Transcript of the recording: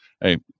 Hey